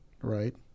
Right